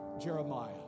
Jeremiah